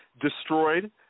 destroyed